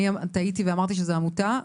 אני טעיתי ואמרתי שזו עמותה,